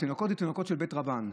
התינוקות הם תינוקות של בית רבן,